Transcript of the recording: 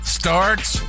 starts